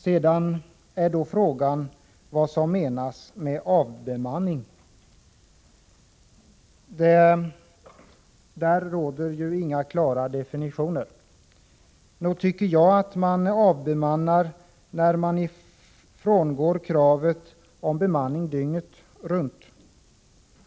Sedan är då frågan vad som menas med avbemanning. Det finns inga klara definitioner på den punkten. Nog tycker jag att man avbemannar när man frångår kravet på bemanning dygnet runt.